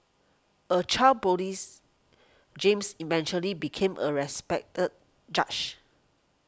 a child police James eventually became a respected judge